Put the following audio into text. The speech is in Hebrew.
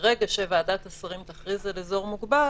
ברגע שוועדת השרים תכריז על אזור מוגבל